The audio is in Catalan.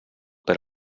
per